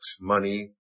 money